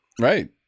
right